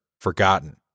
forgotten